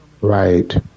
Right